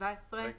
מי